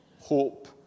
hope